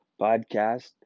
podcast